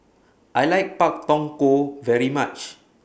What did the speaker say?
I like Pak Thong Ko very much